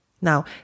Now